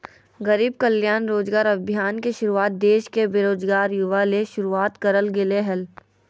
गरीब कल्याण रोजगार अभियान के शुरुआत देश के बेरोजगार युवा ले शुरुआत करल गेलय हल